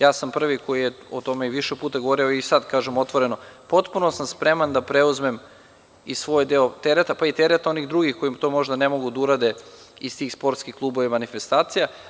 Ja sam prvi koji je o tome više puta govorio, evo i sada kažem otvoreno, potpuno sam spreman da preuzmem i svoj deo tereta, pa i tereta onih drugih koji to možda ne mogu da urade iz tih sportskih klubova i manifestacija.